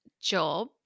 job